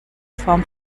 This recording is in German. form